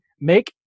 make